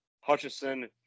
Hutchinson